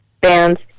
bands